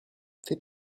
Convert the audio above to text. fait